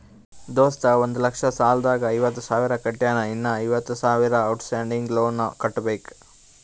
ದೋಸ್ತ ಒಂದ್ ಲಕ್ಷ ಸಾಲ ನಾಗ್ ಐವತ್ತ ಸಾವಿರ ಕಟ್ಯಾನ್ ಇನ್ನಾ ಐವತ್ತ ಸಾವಿರ ಔಟ್ ಸ್ಟ್ಯಾಂಡಿಂಗ್ ಲೋನ್ ಕಟ್ಟಬೇಕ್